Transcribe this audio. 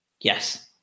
yes